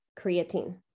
creatine